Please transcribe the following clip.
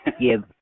give